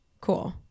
Cool